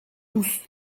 tous